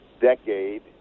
decade